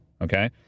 Okay